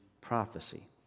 prophecy